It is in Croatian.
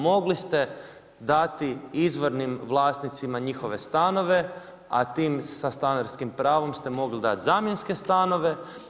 Mogli ste dati izvornim vlasnicima njihove stanove, a tim sa stanarskim pravom ste mogli dati zamjenske stanove.